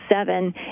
seven